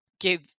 give